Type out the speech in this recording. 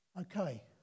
Okay